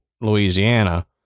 Louisiana